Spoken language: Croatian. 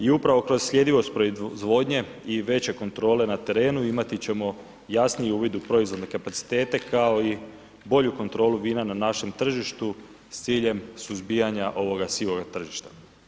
I upravo kroz sljedivost proizvodnje i veće kontrole na terenu imati ćemo jasniji uvid u proizvodne kapacitete kao i bolju kontrolu vina na našem tržištu s cilju suzbijanja ovoga sivoga tržišta.